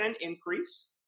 increase